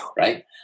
right